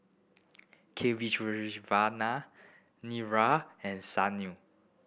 Kasiviswanathan Niraj and Sunil